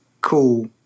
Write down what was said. cool